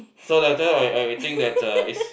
so later I I will think that uh is